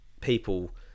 people